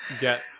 get